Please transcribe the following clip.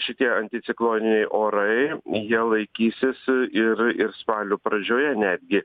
šitie anticikloniniai orai jie laikysis ir ir spalio pradžioje netgi